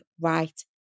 right